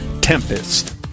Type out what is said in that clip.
Tempest